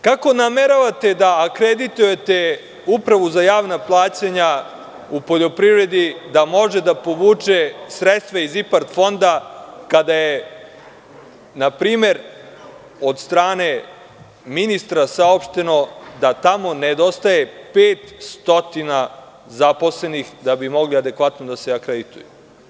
Kako nameravate da akreditujete Upravu za javna plaćanja u poljoprivredi da može da povuče sredstva iz IPA fonda kada je npr. od strane ministra saopšteno da tamo nedostaje pet stotina zaposlenih da bi mogli adekvatno da se akredituju?